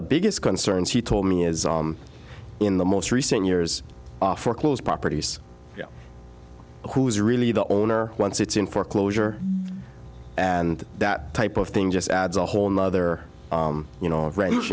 the biggest concerns he told me is in the most recent years foreclosed properties who's really the owner once it's in foreclosure and that type of thing just adds a whole nother you know